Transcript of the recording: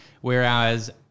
whereas